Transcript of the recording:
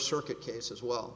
circuit case as well